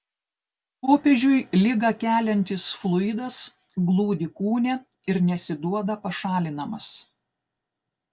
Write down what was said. popiežiui ligą keliantis fluidas glūdi kūne ir nesiduoda pašalinamas